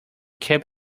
kept